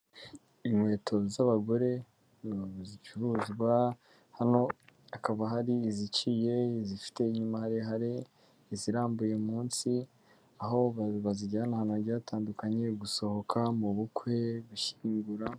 Inkweto z'abagore zicuruzwa, hano hakaba hari iziciye, izifite inyuma harehare, izirarambuye munsi, aho bazijyana ahantu hagiye hatandukanye, gusohoka, mu bukwe, gushyingura.